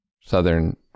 Southern